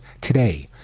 today